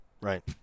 right